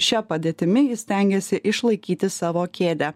šia padėtimi jis stengėsi išlaikyti savo kėdę